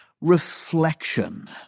reflection